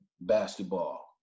basketball